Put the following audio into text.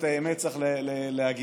את האמת צריך להגיד.